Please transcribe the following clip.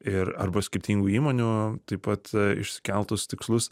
ir arba skirtingų įmonių taip pat išsikeltus tikslus